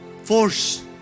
Force